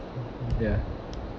ya